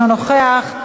אינו נוכח,